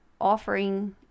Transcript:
offering